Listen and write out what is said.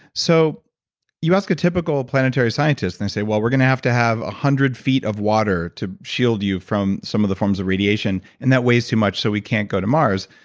so you ask a typical planetary scientist and they say well we're going to have to have one hundred feet of water to shield you from some of the forms of radiation and that weighs too much so we can't go to mars.